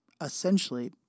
essentially